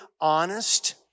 honest